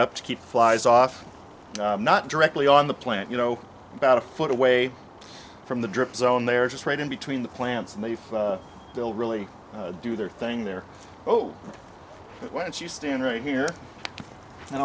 up to keep flies off not directly on the plant you know about a foot away from the drip zone they are just right in between the plants and they will really do their thing there oh why don't you stand right here and